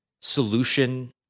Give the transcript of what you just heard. solution